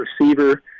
receiver